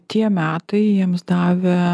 tie metai jiems davė